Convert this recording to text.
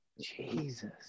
Jesus